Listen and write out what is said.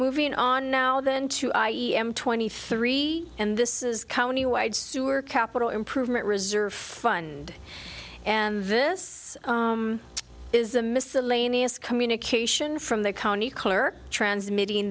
moving on now than to i e m twenty three and this is county wide sewer capital improvement reserve fund and this is a miscellaneous communication from the county clerk transmitt